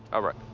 all right.